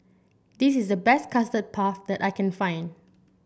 this is the best Custard Puff that I can find